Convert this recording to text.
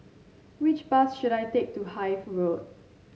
which bus should I take to Hythe Road